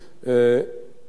אם אני זוכר נכון,